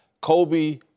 Kobe